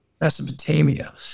Mesopotamia